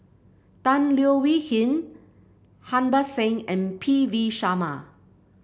Tan Leo Wee Hin Harbans Singh and P V Sharma